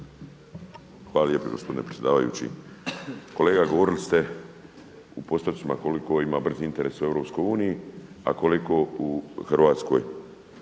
Hvala lijepo gospodine predsjedavajući. Kolega govorili ste u postocima koliko tko ima brzi internet u EU a koliko u Hrvatskoj.